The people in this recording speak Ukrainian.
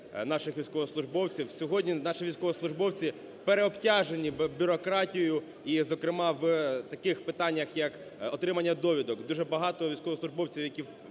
наших військовослужбовців. Сьогодні наші військовослужбовці переобтяжені бюрократією і зокрема в таких питаннях, як отримання довідок, дуже багато військовослужбовців, які